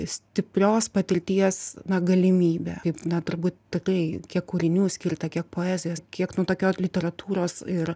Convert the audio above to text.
stiprios patirties na galimybė kaip na turbūt tatai kiek kūrinių skirta kiek poezijos kiek nu tokios literatūros ir